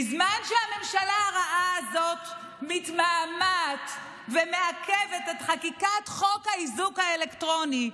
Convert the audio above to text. בזמן שהממשלה הרעה הזאת מתמהמהת ומעכבת את חקיקת חוק האיזוק האלקטרוני,